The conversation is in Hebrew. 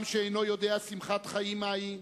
עם שאינו יודע שמחת חיים מהי,